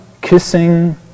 kissing